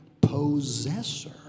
Possessor